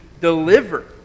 deliver